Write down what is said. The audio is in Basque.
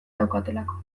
daukatelako